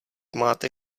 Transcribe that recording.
máte